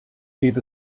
geht